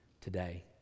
today